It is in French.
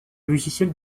logiciel